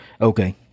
Okay